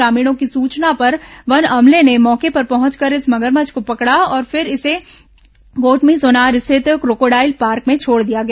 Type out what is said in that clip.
ग्रामीणों की सूचना पर वन अमले ने मौके पर पहुंचकर इस मगरमच्छ को पकड़ा और फिर इसे कोटमीसोनार स्थित क्रोकोडायल पार्क में छोड़ दिया गया